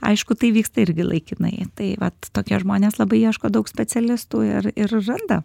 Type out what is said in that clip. aišku tai vyksta irgi laikinai tai vat tokie žmonės labai ieško daug specialistų ir ir randa